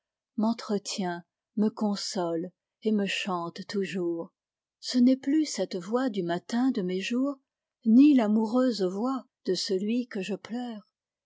m'entretient me console et me chante toujours ce n'est plus cette voix du matin de mes jours ni l'amoureuse voix de celui que je pleure